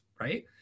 right